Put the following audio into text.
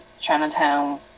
Chinatown